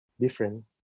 different